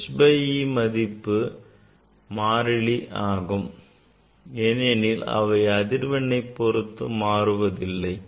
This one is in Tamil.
h by e மாறிலி ஆகும் ஏனெனில் அவை அதிர்வெண்ணை பொருத்து மாறுவதில்லை